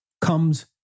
comes